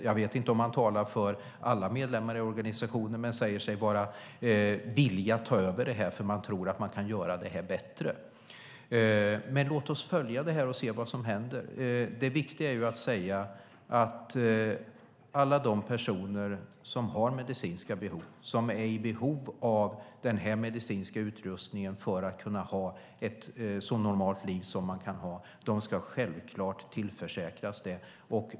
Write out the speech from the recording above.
Jag vet inte om de talar för alla medlemmar i organisationen, men de säger sig vara villiga att ta över eftersom de tror att de kan göra det på ett bättre sätt. Låt oss följa frågan och se vad som händer. Det är viktigt att säga att alla de personer som har medicinska behov, som är i behov av den medicinska utrustningen för att kunna ha ett så normalt liv som möjligt, självklart ska tillförsäkras det.